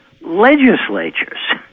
legislatures